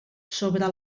sobre